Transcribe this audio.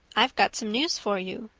i've got some news for you.